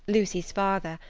lucy's father,